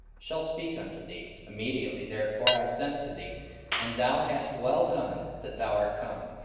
shall speak unto thee immediately therefore i sent to thee and thou hast well done that thou art come.